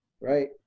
Right